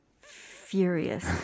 furious